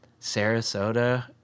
Sarasota